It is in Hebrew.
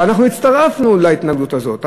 אבל אנחנו הצטרפנו להתנגדות הזאת,